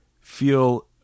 feel